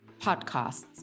podcasts